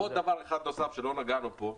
ועוד דבר אחד נוסף שלא נגענו פה,